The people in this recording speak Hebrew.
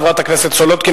חברת הכנסת סולודקין,